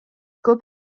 көп